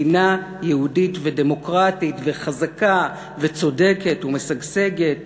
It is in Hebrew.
מדינה יהודית ודמוקרטית, וחזקה וצודקת ומשגשגת,